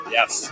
Yes